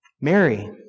Mary